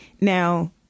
Now